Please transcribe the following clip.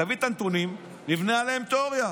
תביא את הנתונים, נבנה עליהם תיאוריה.